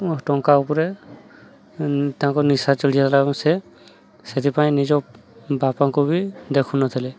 ଟଙ୍କା ଉପରେ ତାଙ୍କ ନିଶା ଚଢ଼ି ଗଲା ଏବଂ ସେ ସେଥିପାଇଁ ନିଜ ବାପାଙ୍କୁ ବି ଦେଖୁ ନଥିଲେ